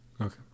Okay